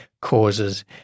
causes